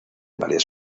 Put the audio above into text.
varias